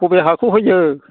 बबे हाखौ हैनो